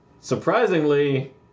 Surprisingly